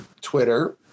Twitter